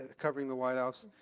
covering the white house,